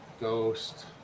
ghost